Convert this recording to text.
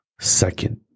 second